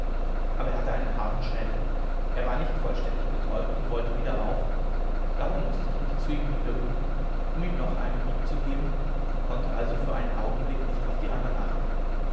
aber er hatte einen harten schädel er war nicht vollständig betäubt und wollte wieder auf darum mußte ich mich zu ihm niederbücken um ihm noch einen hieb zu geben und konnte also für einen augenblick nicht auf die andern achten